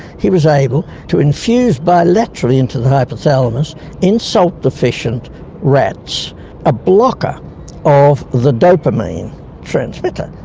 he was able to infuse bilaterally into the hypothalamus in salt deficient rats a blocker of the dopamine transmitter,